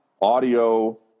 audio